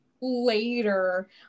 later